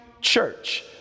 church